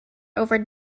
over